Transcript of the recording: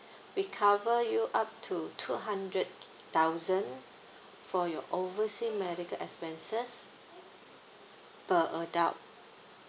we cover you up to two hundred thousand for your oversea medical expenses per adult